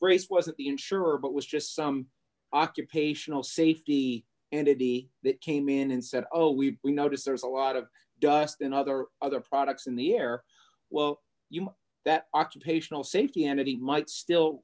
race wasn't the insurer but was just some occupational safety and it he came in and said oh we we notice there's a lot of dust and other other products in the air well that occupational safety and that he might still